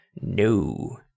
No